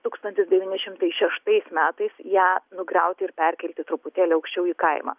tūkstantis devyni šimtai šeštais metais ją nugriauti ir perkelti truputėlį aukščiau į kaimą